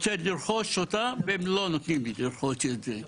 רוצה לרכוש אותה והם לא נותנים לי לרכוש את זה.